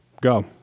Go